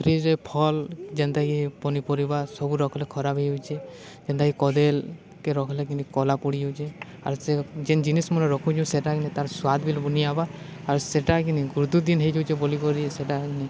ଫ୍ରିଜରେ ଫଲ ଯେନ୍ତାକି ପନିପରିବା ସବୁ ରଖିଲେ ଖରାପ ହେଇଯାଉଛି ଯେନ୍ତାକି କଦେଲ କେ ରଖଲେ କିିନ କଲା ପଡ଼ି ଯାଉଛେ ଆର୍ ସେ ଯେନ୍ ଜିନିଷ୍ ମାନେ ରଖୁଛୁ ସେଇଟାକିନି ତା'ର ସ୍ୱାଦ ବି ବୁନିଆବା ଆର୍ ସେଇଟାକିନି ଗୁରୁତୁଦିନ ହେଇଯାଉଛେ ବୋଲିକରି ସେଇଟାନି